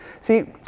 See